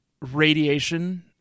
radiation